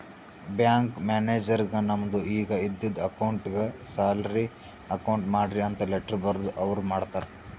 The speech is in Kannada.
ಬ್ಯಾಂಕ್ ಮ್ಯಾನೇಜರ್ಗ್ ನಮ್ದು ಈಗ ಇದ್ದಿದು ಅಕೌಂಟ್ಗ್ ಸ್ಯಾಲರಿ ಅಕೌಂಟ್ ಮಾಡ್ರಿ ಅಂತ್ ಲೆಟ್ಟರ್ ಬರ್ದುರ್ ಅವ್ರ ಮಾಡ್ತಾರ್